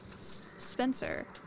Spencer